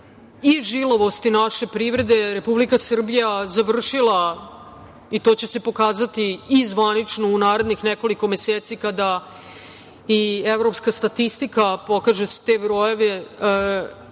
i žilavosti naše privrede, Republika Srbija završila i to će se pokazati i zvanično u narednih nekoliko meseci, kada i evropska statistika pokaže sve te brojeve.